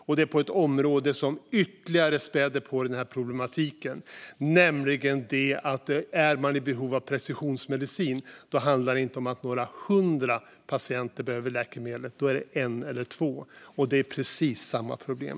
Den berör ett område som ytterligare späder på den här problematiken, nämligen att om man är i behov av precisionsmedicin handlar det inte om att några hundra patienter behöver läkemedlet, utan då är det en eller två, och det är precis samma problem.